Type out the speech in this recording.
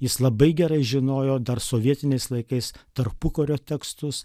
jis labai gerai žinojo dar sovietiniais laikais tarpukario tekstus